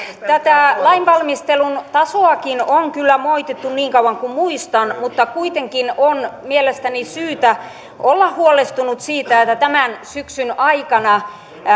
tätä lainvalmistelun tasoakin on kyllä moitittu niin kauan kuin muistan mutta kuitenkin on mielestäni syytä olla huolestunut siitä että tämän syksyn aikana